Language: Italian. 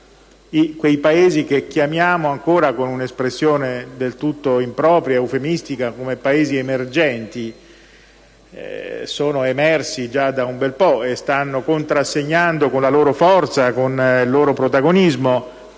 quei Paesi che chiamiamo ancora, con un'espressione del tutto impropria ed eufemistica, Paesi emergenti: sono in realtà emersi già da un bel po' e stanno contrassegnando con la loro forza e il loro protagonismo